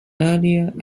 earlier